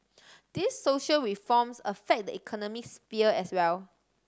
these social reforms affect the economic sphere as well